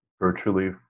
virtually